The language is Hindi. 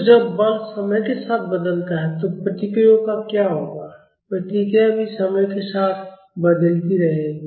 तो जब बल समय के साथ बदलता है तो प्रतिक्रियाओं का क्या होगा प्रतिक्रियाएं भी समय के साथ बदलती रहेंगी